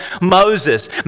Moses